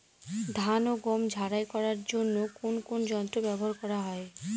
ধান ও গম ঝারাই করার জন্য কোন কোন যন্ত্র ব্যাবহার করা হয়?